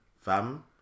Fam